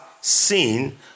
seen